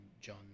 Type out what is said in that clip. John